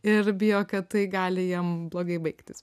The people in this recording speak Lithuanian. ir bijo kad tai gali jiem blogai baigtis